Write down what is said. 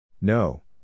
No